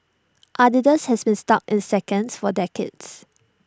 Adidas has been stuck in seconds for decades